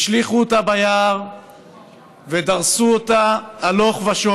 השליכו אותה ביער ודרסו אותה הלוך ושוב